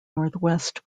northwest